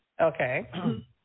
Okay